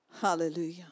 Hallelujah